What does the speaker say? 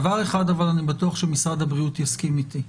אבל לדבר אחד אני בטוח שמשרד הבריאות יסכים איתי.